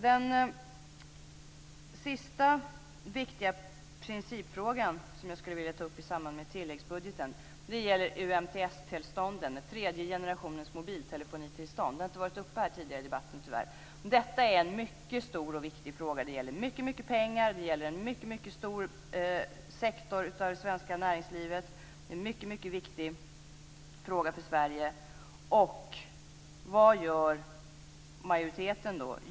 Den sista viktiga principfrågan som jag skulle vilja ta upp i samband med tilläggsbudgeten gäller UMTS-tillstånden, tredje generationens mobiltelefonitillstånd. Det har inte varit uppe i debatten tidigare, tyvärr. Detta är en mycket stor och viktig fråga. Det gäller mycket pengar. Det gäller en mycket stor sektor av det svenska näringslivet. Det är en mycket viktig fråga för Sverige. Vad gör majoriteten då?